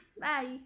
Bye